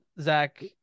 Zach